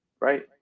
right